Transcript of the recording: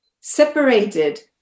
separated